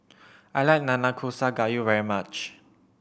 I like Nanakusa Gayu very much